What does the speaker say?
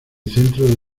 centro